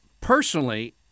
Personally